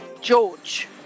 George